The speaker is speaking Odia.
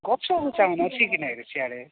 ଗଛପଛ ମାନ ଅଛି କି ନାଇଁରେ ସିଆଡ଼େ